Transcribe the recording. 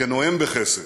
כנואם בחסד,